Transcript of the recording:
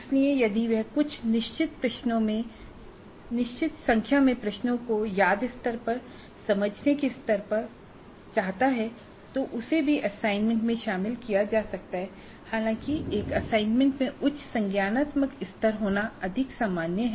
इसलिए यदि वह कुछ निश्चित संख्या में प्रश्नों को याद स्तर पर समझने के स्तर पर चाहता है तो उसे भी असाइनमेंट में शामिल किया जा सकता है हालांकि एक असाइनमेंट में उच्च संज्ञानात्मक स्तर होना अधिक सामान्य है